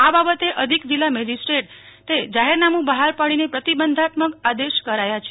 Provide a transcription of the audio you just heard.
આ બાબતે અધિક જીલ્લા મેજીસ્ટ્રેટે જાહેરનામું બહાર પાડીને પ્રતિબંધાત્મક આદેશ કરાયા છે